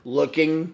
looking